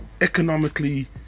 economically